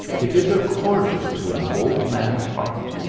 it is a cordial to an old man s heart.